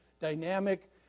dynamic